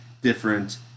different